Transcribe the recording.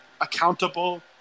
accountable